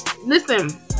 listen